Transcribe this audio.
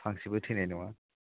फांसेबो थैनाय नङा